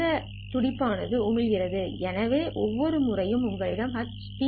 இந்த துடிப்பு ஆனது உமிழ்கிறது எனவே ஒவ்வொரு முறையும் உங்களிடம் h